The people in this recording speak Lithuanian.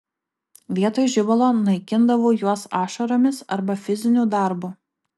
vietoj žibalo naikindavau juos ašaromis arba fiziniu darbu